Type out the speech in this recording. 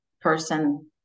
person